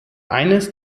eines